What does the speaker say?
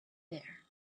there